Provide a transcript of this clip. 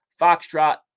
Foxtrot